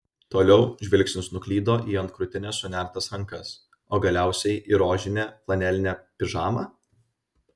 toliau žvilgsnis nuklydo į ant krūtinės sunertas rankas o galiausiai į rožinę flanelinę pižamą